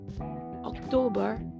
October